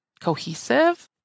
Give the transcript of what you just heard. cohesive